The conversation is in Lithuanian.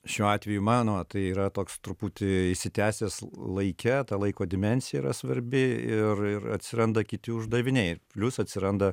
šiuo atveju įmanoma tai yra toks truputį išsitęsęs laike ta laiko dimensija yra svarbi ir ir atsiranda kiti uždaviniai ir plius atsiranda